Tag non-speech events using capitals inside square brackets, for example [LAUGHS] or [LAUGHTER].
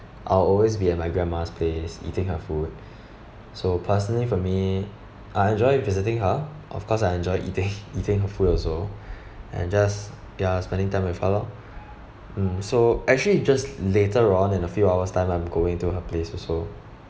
I'll always be at my grandma's place eating her food [BREATH] so personally for me I enjoy visiting her of course I enjoy eating [LAUGHS] eating her food also [BREATH] and just ya spending time with her lor mm so actually just later on in a few hours time I'm going to her place also